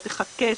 או תחכה,